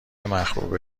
مخروبه